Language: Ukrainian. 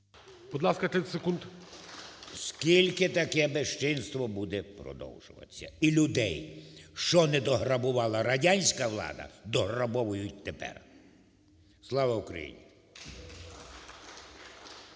Скільки таке безчинство буде продовжуватися? І людей що не дограбувала радянська влада – дограбовують тепер. Слава Україні!